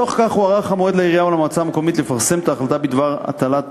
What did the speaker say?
בתוך כך הוארך המועד לפרסום ההחלטה בדבר הטלת